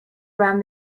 around